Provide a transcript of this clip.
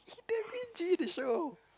damn cringy the show